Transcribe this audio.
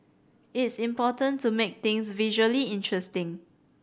it's important to make things visually interesting